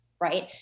right